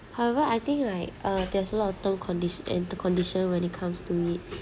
however I think like uh there's a lot of term condition and condition when it comes to meet